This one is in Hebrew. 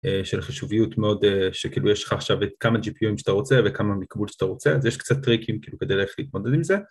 ‫של חשוביות מאוד, שכאילו יש לך עכשיו ‫כמה GPU שאתה רוצה וכמה מקבול שאתה רוצה, ‫אז יש קצת טריקים כדי איך להתמודד עם זה.